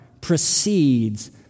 precedes